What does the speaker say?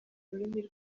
rurimi